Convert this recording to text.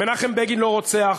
מנחם בגין לא רוצח,